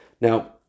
Now